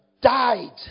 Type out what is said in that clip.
died